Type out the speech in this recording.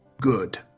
Good